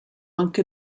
anche